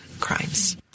crimes